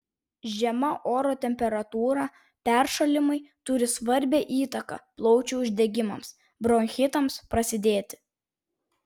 žema oro temperatūra peršalimai turi svarbią įtaką plaučių uždegimams bronchitams prasidėti